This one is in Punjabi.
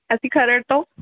ਅਸੀਂ ਖਰੜ ਤੋਂ